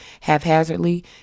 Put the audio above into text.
haphazardly